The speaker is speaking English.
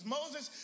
Moses